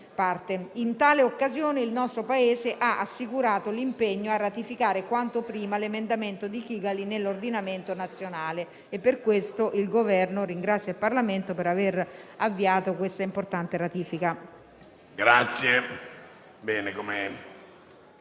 In tale occasione il nostro Paese ha assicurato l'impegno a ratificare quanto prima l'emendamento di Kigali nell'ordinamento nazionale. Per questo il Governo ringrazia il Parlamento per aver avviato questa importante ratifica.